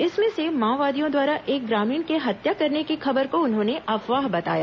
इसमें से माओवादियों द्वारा एक ग्रामीण के हत्या करने की खबर को उन्होंने अफवाह बताया